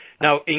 Now